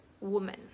woman